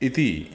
इति